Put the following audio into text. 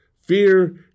Fear